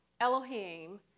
Elohim